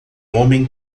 homem